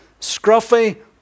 scruffy